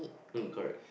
mm correct